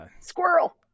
squirrel